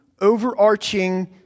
overarching